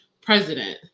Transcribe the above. president